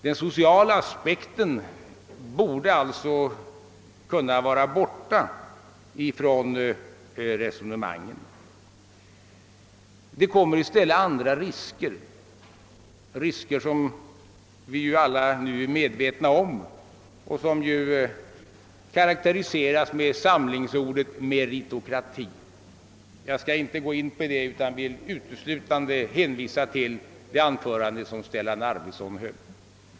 Den sociala aspekten borde alltså kunna utmönstras ur resonemangen. Det uppstår i stället andra risker, risker som vi alla nu är medvetna om och som karakteriseras med samlingsordet meritokrati. Jag skall inte gå in på meritokratins problem nu utan vill uteslutande hänvisa till det anförande som Stellan Arvidson höll.